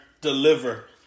deliver